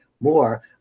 more